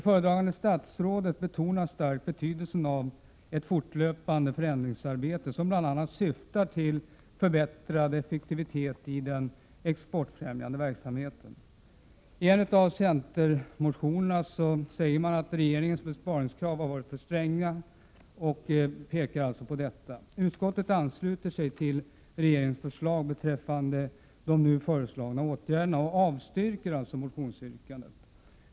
Föredragande statsrådet betonar starkt betydelsen av ett fortlöpande förändringsarbete som bl.a. syftar till förbättrad effektivitet i den exportfrämjande verksamheten. I en centermotion sägs att regeringens besparingskrav har varit för stränga. Utskottet ansluter sig till regeringens förslag beträffande det nu föreslagna anslaget och avstyrker alltså motionsyrkandet.